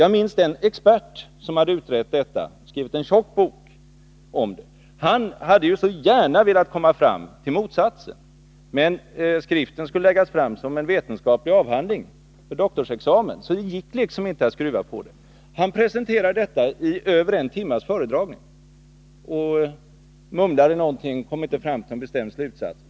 Jag minns vad den expert sade som utredde detta. Han har skrivit en tjock bok. Han hade så gärna velat komma fram till motsatsen, men skriften skulle läggas fram i form av en vetenskaplig avhandling för doktorsexamen, så det gick liksom inte att ”skruva på” detta. Han gjorde en föredragning i över en timme och mumlade någonting. Men någon bestämd slutsats kom han inte fram till.